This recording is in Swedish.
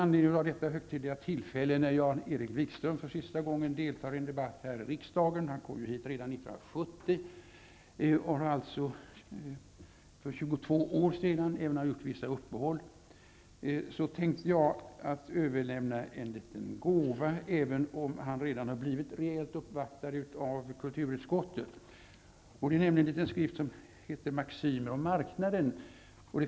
Vid detta högtidliga tillfälle, när Jan-Erik Wikström för sista gången deltar i en debatt här i riksdagen -- han kom hit redan 1970, för 22 år sedan, låt vara att han har gjort vissa uppehåll -- tänkte jag överlämna en liten gåva, även om han redan har blivit rejält uppvaktad av kulturutskottet. Det är en liten skrift som heter Maximer om marknaden.